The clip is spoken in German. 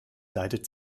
leidet